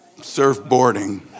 surfboarding